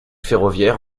ferroviaire